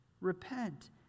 repent